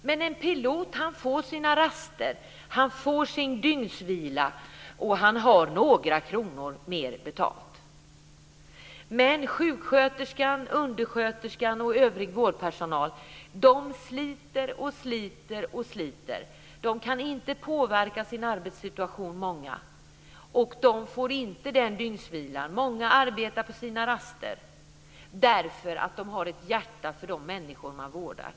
Men en pilot får sina raster. Han får sin dygnsvila, och han har några kronor mer betalt. Men sjuksköterskan, undersköterskan och övrig vårdpersonal sliter och sliter. Många av dem kan inte påverka sin arbetssituation. De får inte tillräcklig dygnsvila. Många arbetar på sina raster, därför att de har ett hjärta för de människor de vårdar.